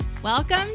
Welcome